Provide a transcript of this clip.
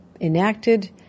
enacted